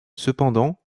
cependant